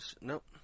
Nope